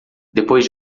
depois